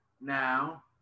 Now